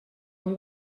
amb